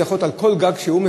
זה יכול להיות כל גג שהוא,